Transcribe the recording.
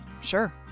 Sure